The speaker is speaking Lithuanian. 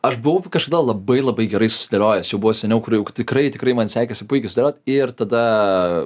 aš buvau kažkada labai labai gerai susidėliojęs čia buvo seniau kur jau tikrai tikrai man sekėsi puikiai sudėliot ir tada